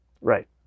Right